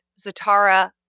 Zatara